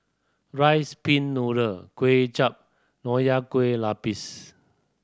rice pin noodle Kway Chap Nonya Kueh Lapis